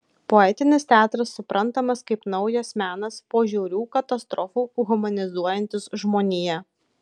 poetinis teatras suprantamas kaip naujas menas po žiaurių katastrofų humanizuojantis žmoniją